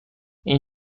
این